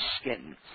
skin